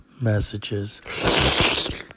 messages